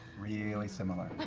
really similar.